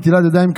נטילת ידיים,